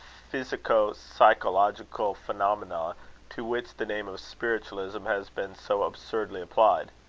physico-psychological phenomena to which the name of spiritualism has been so absurdly applied.